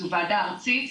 זו ועדה ארצית.